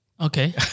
Okay